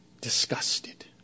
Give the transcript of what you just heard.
disgusted